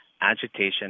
agitation